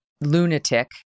lunatic